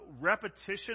repetition